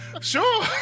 Sure